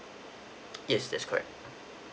yes that's correct